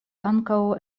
ankaŭ